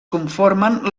conformen